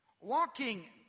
Walking